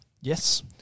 Yes